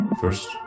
First